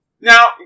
Now